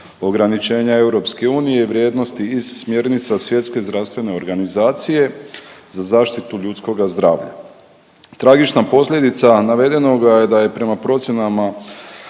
ograničenja EU vrijednosti iz smjernica Svjetske zdravstvene organizacije za zaštitu ljudskoga zdravlja. Tragična posljedica navedenog je da je prema procjenama